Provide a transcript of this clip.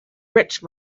rich